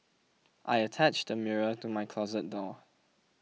I attached a mirror to my closet door